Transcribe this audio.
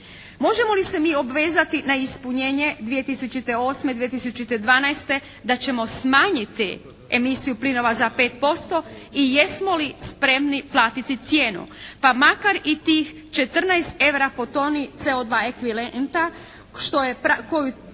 Možemo li se mi obvezati na ispunjenje 2008., 2012. da ćemo smanjiti emisiju plinova za 5% i jesmo li spremni platiti cijenu, pa makar i tih 14 eura po toni CO2 ekvilenta koju